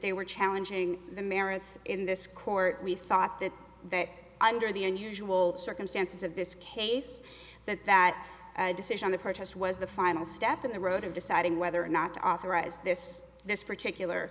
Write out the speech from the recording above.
they were challenging the merits in this court we thought that that under the unusual circumstances of this case that that decision the protest was the final step in the road of deciding whether or not to authorize this this particular